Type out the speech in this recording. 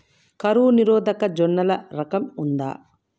కరువు నిరోధక జొన్నల రకం ఉందా?